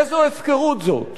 איזו הפקרות זאת?